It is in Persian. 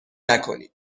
نکنید